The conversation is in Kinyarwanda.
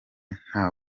nta